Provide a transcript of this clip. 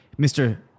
Mr